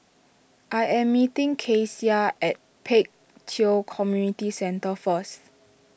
I am meeting Keshia at Pek Kio Community Centre first